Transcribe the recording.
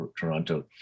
Toronto